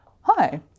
Hi